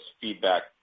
feedback